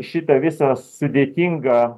šitą visą sudėtingą